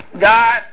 God